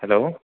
hello